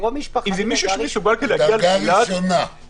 על קרוב משפחה מדרגה ראשונה.